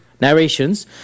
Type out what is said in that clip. Narrations